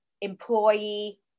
employee